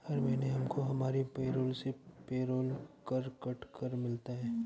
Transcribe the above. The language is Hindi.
हर महीने हमको हमारी पेरोल से पेरोल कर कट कर मिलता है